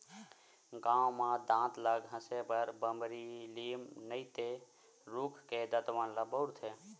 गाँव म दांत ल घसे बर बमरी, लीम नइते रूख के दतवन ल बउरथे